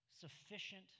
sufficient